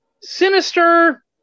sinister